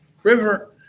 River